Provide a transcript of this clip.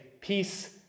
peace